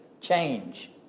Change